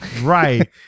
Right